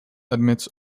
admits